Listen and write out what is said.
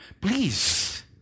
Please